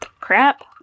crap